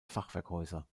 fachwerkhäuser